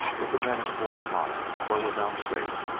but the men of forty mile were without faith.